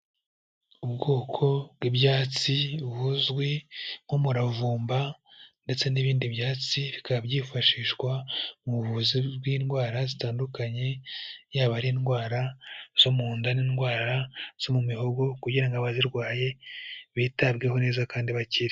Ubwoko bw'ibyatsi buzwi nk'umuravumba ndetse n'ibindi byatsi bikaba byifashishwa mu buvuzi bw'indwara zitandukanye, yaba ari indwara zo mu nda n'indwara zo mu mihogo kugira ngo abazirwaye bitabweho neza kandi bakire.